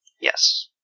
Yes